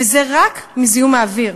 וזה רק מזיהום האוויר.